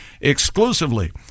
exclusively